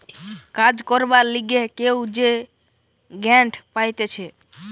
কাজ করবার লিগে কেউ যে গ্রান্ট পাইতেছে